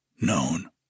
known